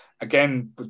again